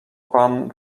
pan